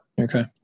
Okay